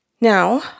Now